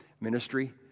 ministry